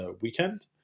weekend